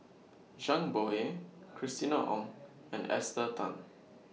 Zhang Bohe Christina Ong and Esther Tan